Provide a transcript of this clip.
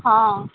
ହଁ